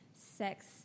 sex